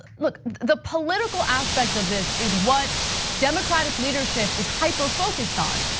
look, the political aspect of this is what democratic leadership is hyper focused on.